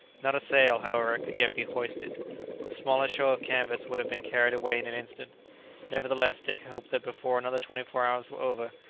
not a sail, however, could yet be hoisted the smallest show of canvas would have been carried away in an instant nevertheless dick hoped that before another twenty-four hours were over,